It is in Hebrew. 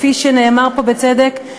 כפי שנאמר פה בצדק,